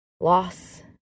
loss